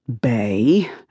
Bay